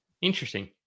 interesting